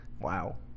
Wow